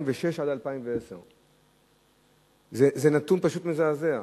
מ-2006 עד 2010. זה נתון פשוט מזעזע,